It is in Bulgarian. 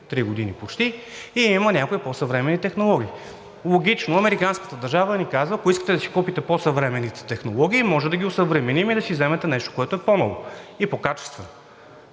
три години почти и има някои по-съвременни технологии. Логично американската държава ни казва: ако искате да си купите по-съвременните технологии, може да ги осъвременим и да си вземете нещо, което е по-ново и по-качествено.